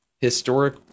historic